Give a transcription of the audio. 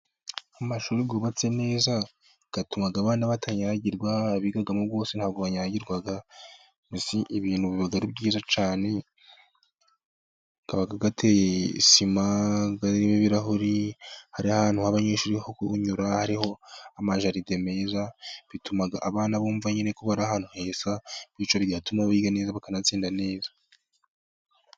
Amashuri yubatse neza, atuma abana batanyagirwa, abigamo bose nta bwo banyagirwa. Mbese ibintu biba ari byiza cyane, aba ateye sima, arimo ibirahuri, hari ahantu h'abanyeshuri ho kunyura, hariho amajaride meza. Bituma abana bumva nyine ko bari ahantu heza, bityo bigatuma biga neza bakanatsinda neza.